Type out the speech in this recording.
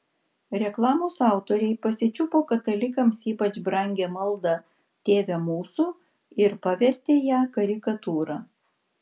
reklamos autoriai pasičiupo katalikams ypač brangią maldą tėve mūsų ir pavertė ją karikatūra